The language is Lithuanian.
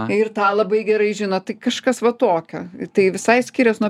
ir tą labai gerai žino tai kažkas va tokio tai visai skirias nuo